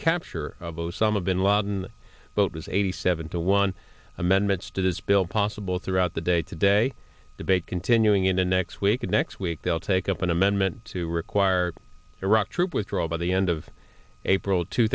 capture of osama bin laden but his eighty seven to one amendments to his bill possible throughout the day today debate continuing into next week and next week they'll take up an amendment to require iraq troop withdraw by the end of april two